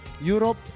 Europe